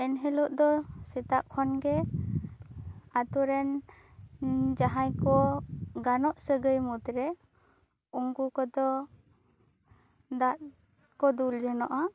ᱮᱱ ᱦᱤᱞᱳᱜ ᱫᱚ ᱥᱮᱛᱟᱜ ᱠᱷᱚᱱ ᱜᱮ ᱟᱛᱳ ᱨᱮᱱ ᱡᱟᱦᱟᱭ ᱠᱚ ᱜᱟᱱᱚᱜ ᱥᱟᱹᱜᱟᱹᱭ ᱢᱩᱫᱽ ᱨᱮ ᱩᱱᱠᱩ ᱠᱚᱫᱚ ᱫᱟᱜ ᱠᱚ ᱫᱩᱞ ᱡᱚᱱᱚᱜᱼᱟ